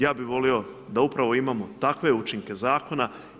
Ja bih volio da upravo imamo takve učinke zakona.